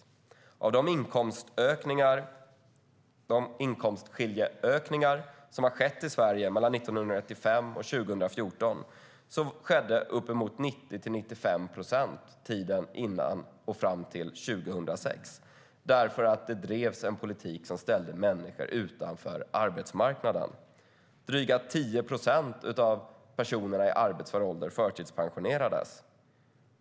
Uppemot 90-95 procent av de ökningar i inkomstskillnader som har skett i Sverige mellan 1995 och 2014 skedde under tiden fram till 2006. Det fördes nämligen en politik som ställde människor utanför arbetsmarknaden. Drygt 10 procent av personerna i arbetsför ålder förtidspensionerades.